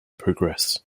progress